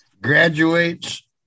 graduates